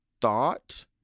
thought